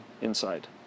inside